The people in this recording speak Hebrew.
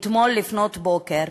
אתמול לפנות בוקר,